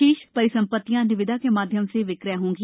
शेष परिसंपत्तियाँ निविदा के माध्यम से विक्रय होंगी